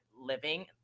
living